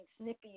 snippy